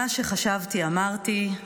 מה שחשבתי אמרתי,